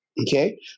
Okay